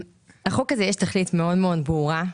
לחוק הזה יש תכלית מאוד מאוד ברורה,